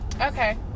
Okay